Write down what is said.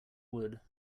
wood